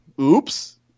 oops